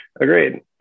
Agreed